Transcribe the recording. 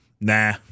nah